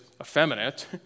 effeminate